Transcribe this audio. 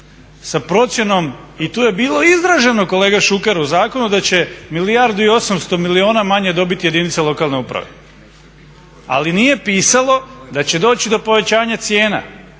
sa procjenom i tu je bilo izraženo kolega Šuker u zakonu da će milijardu i 800 milijuna manje dobiti jedinice lokalne samouprave, ali nije pisalo da će doći do povećanja cijena.